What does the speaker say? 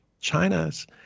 China's